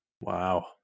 Wow